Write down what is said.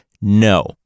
No